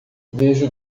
veja